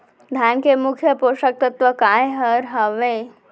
धान के मुख्य पोसक तत्व काय हर हावे?